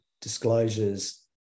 disclosures